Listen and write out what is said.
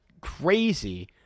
crazy